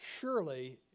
surely